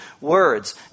words